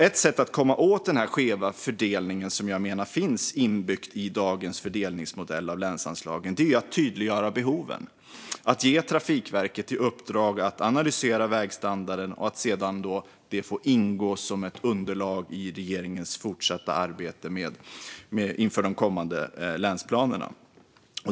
Ett sätt att komma åt den skeva fördelning som jag menar finns inbyggd i dagens fördelningsmodell av anslagen till regionerna är att tydliggöra behoven och att ge Trafikverket i uppdrag att analysera vägstandarden så att det får ingå i ett underlag för regeringens fortsatta arbete inför de kommande länsplanerna.